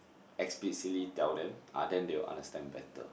explicitly tell them ah then they'll understand better